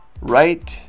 Right